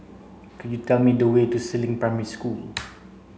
could you tell me the way to Si Ling Primary School